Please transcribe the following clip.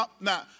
Now